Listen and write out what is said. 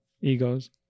egos